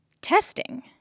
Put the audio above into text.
testing